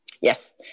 Yes